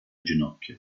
ginocchia